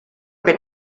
que